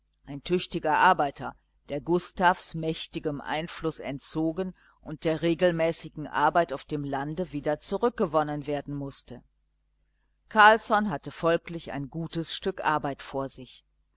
ein tüchtiger arbeiter der gustavs mächtigem einfluß entzogen und der regelmäßigen arbeit auf dem lande wieder zurückgewonnen werden mußte carlsson hatte folglich ein gutes stück arbeit vor sich